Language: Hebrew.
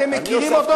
אתם מכירים אותו,